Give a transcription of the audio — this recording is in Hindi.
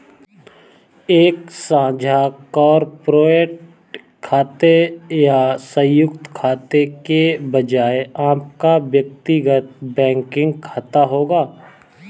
एक साझा कॉर्पोरेट खाते या संयुक्त खाते के बजाय आपका व्यक्तिगत बैंकिंग खाता होगा